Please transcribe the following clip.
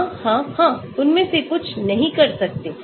हाँ हाँ हाँ उनमें से कुछ नहीं कर सकते